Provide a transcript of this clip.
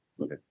okay